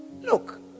Look